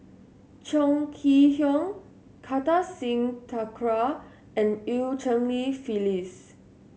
Chong Kee Hiong Kartar Singh Thakral and Eu Cheng Li Phyllis